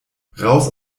raus